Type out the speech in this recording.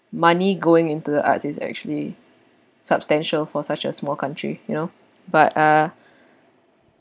money going into the arts is actually substantial for such a small country you know but ah